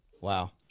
Wow